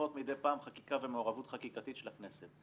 שצריכות מדי פעם חקיקה ומעורבות חקיקתית של הכנסת.